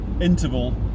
interval